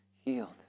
healed